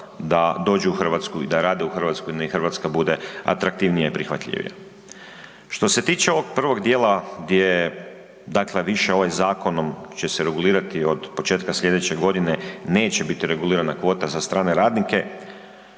da dođu u Hrvatsku i da rade u Hrvatskoj, da im Hrvatska bude atraktivnije prihvatljivija. Što se tiče ovog prvog dijela, gdje je dakle više ovaj zakonom će se regulirati od početka slijedeće godine neće biti regulirana kvota za strane radnike,